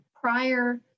prior